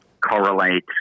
Correlate